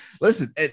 listen